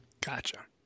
Gotcha